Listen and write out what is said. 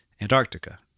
Antarctica